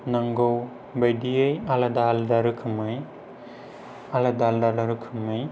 नांगौबायदियै आलादा आलादा रोखोमै